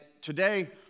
today